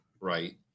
right